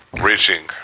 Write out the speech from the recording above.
reaching